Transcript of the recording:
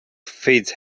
feeds